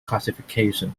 classification